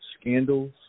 scandals